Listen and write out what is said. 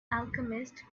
alchemist